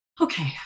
Okay